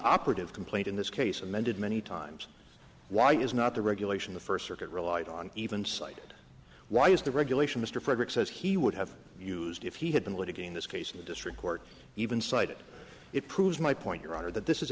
operative complaint in this case amended many times why is not the regulation the first circuit relied on even cited why is the regulation mr frederick says he would have used if he had been litigating this case in the district court even cited it proves my point your honor that this is